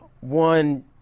one